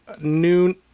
noon